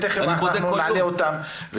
ותיכף נעלה אותם,